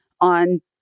on